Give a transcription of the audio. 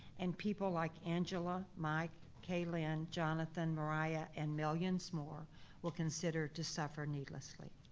and people like angela, mike, kalind, jonathan, mariah, and millions more will consider to suffer needlessly.